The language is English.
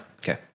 okay